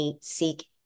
seek